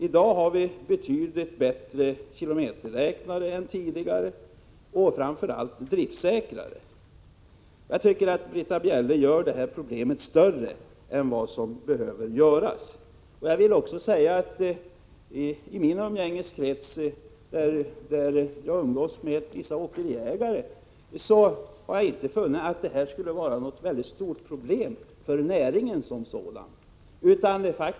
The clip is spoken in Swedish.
I dag har vi betydligt bättre kilometerräknare än tidigare, och framför allt driftsäkrare. Jag tycker att Britta Bjelle gör problemet större än vad som behövs. Jag vill också säga att jag i min umgängeskrets har vissa åkeriägare, men där har jag inte funnit att det här skulle vara något stort problem för näringen som sådan.